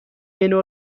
منو